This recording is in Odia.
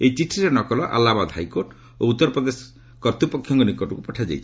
ଏହି ଚିଠିର ନକଲ ଆଲ୍ଲାହାବାଦ ହାଇକୋର୍ଟ ଓ ଉତ୍ତର ପ୍ରଦେଶ କର୍ତ୍ତୃପକ୍ଷଙ୍କ ନିକଟକୁ ପଠାଯାଇଛି